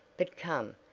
but come,